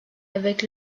avec